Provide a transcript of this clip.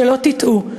שלא תטעו,